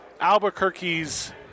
Albuquerque's